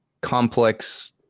complex